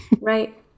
Right